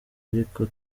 ariko